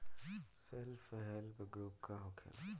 Self help group का होखेला?